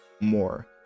more